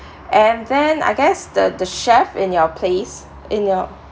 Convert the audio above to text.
and then I guess the the chef in your place in your